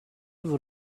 would